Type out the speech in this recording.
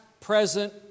present